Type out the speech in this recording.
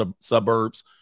suburbs